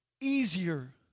easier